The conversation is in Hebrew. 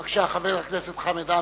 בבקשה, חבר הכנסת חמד עמאר.